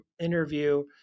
interview